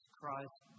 Christ